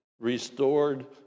restored